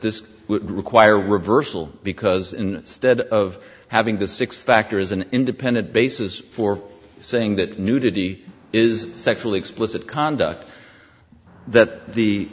would require reversal because in stead of having the six factors an independent basis for saying that nudity is sexually explicit conduct that the